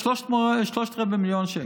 זה שלושת רבעי מיליון שקל,